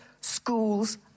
schools